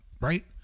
right